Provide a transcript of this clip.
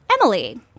Emily